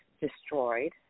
destroyed